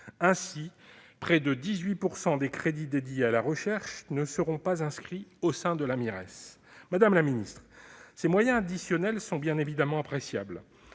Ainsi, près de 18 % des crédits dédiés à la recherche ne seront pas inscrits au sein de la Mires. Madame la ministre, ces moyens additionnels sont bien évidemment appréciables.